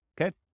Okay